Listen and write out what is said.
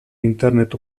internet